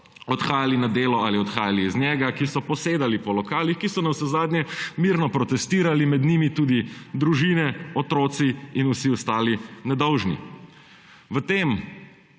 odhajali na delo ali odhajali iz njega, ki so posedali po lokalih, ki so navsezadnje mirno protestirali, med njimi tudi družine, otroci in vsi ostali nedolžni. V tem